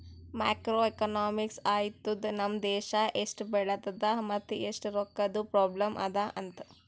macro economics ಹೇಳ್ತುದ್ ನಮ್ ದೇಶಾ ಎಸ್ಟ್ ಬೆಳದದ ಮತ್ ಎಸ್ಟ್ ರೊಕ್ಕಾದು ಪ್ರಾಬ್ಲಂ ಅದಾ ಅಂತ್